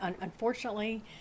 unfortunately